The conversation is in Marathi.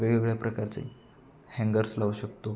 वेगवेगळ्या प्रकारचे हँगर्स लावू शकतो